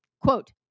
Quote